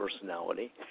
Personality